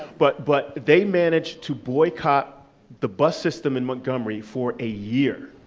but but, they managed to boycott the bus system in montgomery for a year.